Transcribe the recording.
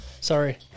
Sorry